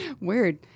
Weird